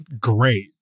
great